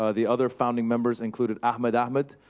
ah the other founding members included ahmed ahmed,